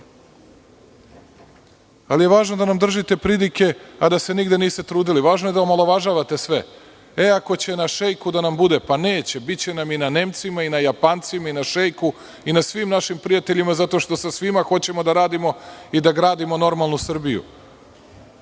Ali je važno da nam držite pridike a da se nigde niste trudili. Važno je da omalovažavate sve, e ako će na šejku da nam bude, pa neće, biće n nam i na Nemcima i na Japancima i na šejku i na svim našim prijateljima, zato što sa svima hoćemo da radimo i da gradimo normalnu Srbiju.